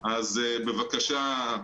אז בבקשה,